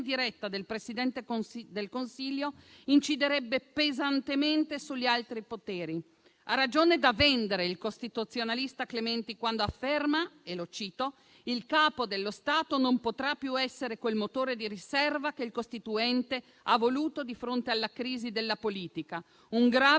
diretta del Presidente del Consiglio inciderebbe pesantemente sugli altri poteri. Ha ragione da vendere il costituzionalista Clementi, quando afferma - e lo cito - che il Capo dello Stato non potrà più essere quel motore di riserva che il Costituente ha voluto di fronte alla crisi della politica. È un grave